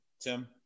Tim